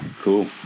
cool